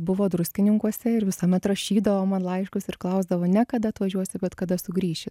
buvo druskininkuose ir visuomet rašydavo man laiškus ir klausdavo ne kada atvažiuosi bet kada sugrįši